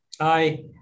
hi